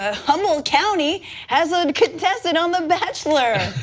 ah humboldt county has a contestant on the bachelor,